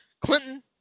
Clinton